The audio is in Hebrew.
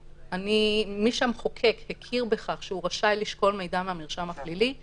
מי שהמחוקק הכיר בכך שהוא רשאי לשקול מידע מהמרשם הפלילי,